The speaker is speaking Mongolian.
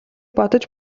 бодож